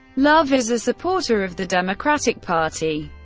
love is a supporter of the democratic party,